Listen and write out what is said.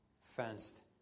Fenced